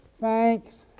thanks